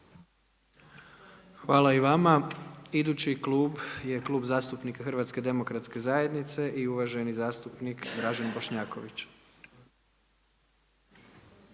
Hvala i vama. Idući klub je Klub zastupnika Hrvatske demokratske zajednice i uvaženi zastupnik Dražen Bošnjaković.